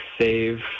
save